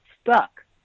stuck